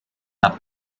have